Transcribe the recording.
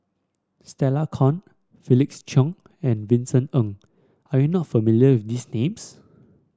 Stella Kon Felix Cheong and Vincent Ng are you not familiar with these names